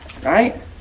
Right